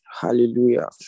hallelujah